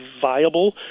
viable